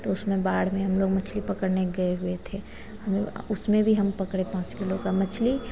तो उसमें बाढ़ में हमलोग मछली पकड़ने गए हुए थे हमलोग उसमें भी हम पकड़े पाँच किलो की मछली